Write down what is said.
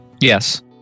Yes